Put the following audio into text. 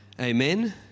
amen